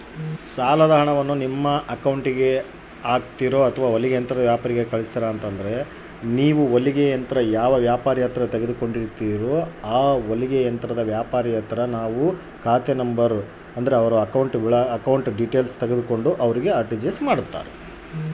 ಸಾಲದ ಹಣವನ್ನು ನಮ್ಮ ಅಕೌಂಟಿಗೆ ಹಾಕ್ತಿರೋ ಅಥವಾ ಹೊಲಿಗೆ ಯಂತ್ರದ ವ್ಯಾಪಾರಿಗೆ ಕಳಿಸ್ತಿರಾ?